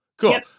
Cool